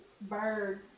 bird